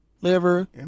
liver